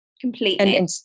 Completely